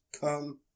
come